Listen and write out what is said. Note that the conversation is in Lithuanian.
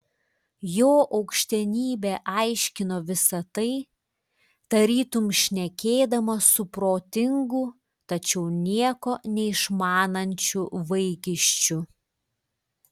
jo aukštenybė aiškino visa tai tarytum šnekėdamas su protingu tačiau nieko neišmanančiu vaikiščiu